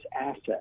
asset